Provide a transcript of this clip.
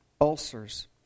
ulcers